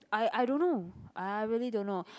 I I don't know I really don't know